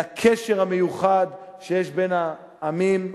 לקשר המיוחד שיש בין העמים.